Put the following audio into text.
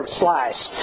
slice